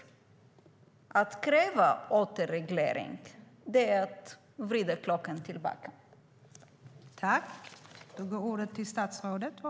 Att kräva återreglering är att vrida klockan tillbaka.